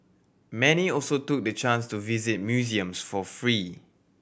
many also took the chance to visit museums for free